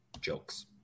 jokes